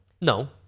No